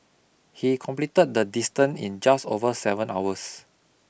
he completed the distance in just over seven hours